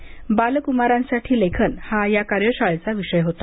बालकुमारांसाठी लेखन हा कार्यशाळेचा विषय होता